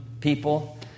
people